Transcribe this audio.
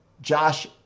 Josh